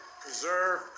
Preserve